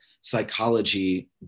psychology